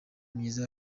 myiza